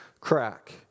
crack